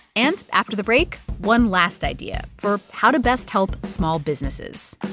and after the break, one last idea for how to best help small businesses